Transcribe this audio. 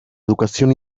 educación